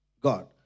God